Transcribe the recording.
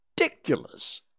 ridiculous